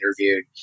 interviewed